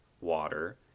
water